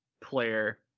player